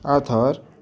ather